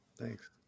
Thanks